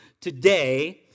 today